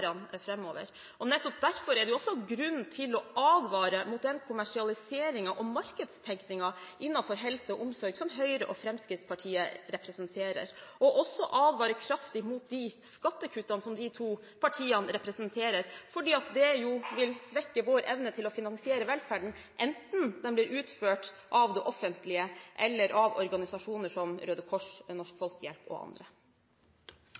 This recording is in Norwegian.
Nettopp derfor er det grunn til å advare mot den kommersialiseringen og markedstenkningen innenfor helse og omsorg som Høyre og Fremskrittspartiet representerer, og også advare kraftig mot de skattekuttene som de to partiene representerer, fordi det vil svekke vår evne til å finansiere velferden, enten den blir utført av det offentlige eller av organisasjoner som Røde Kors, Norsk